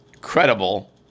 credible